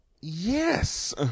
yes